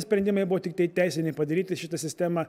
sprendimai buvo tiktai teisiniai padaryti šita sistema